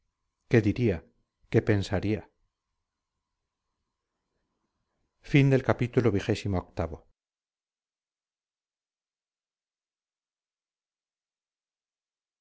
qué diría qué pensaría